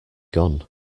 gone